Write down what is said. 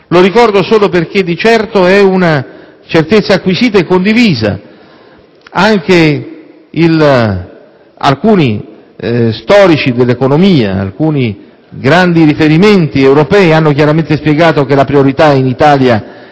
Lo ricordo solo perché, di sicuro, è una certezza acquisita e condivisa. Anche alcuni storici dell'economia, alcuni grandi riferimenti europei hanno chiaramente spiegato che la priorità, in Italia, è ridurre